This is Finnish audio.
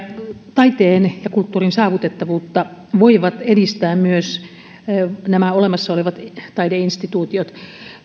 taiteen ja kulttuurin saavutettavuutta voivat edistää myös nämä olemassa olevat taideinstituutiot